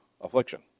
affliction